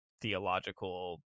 theological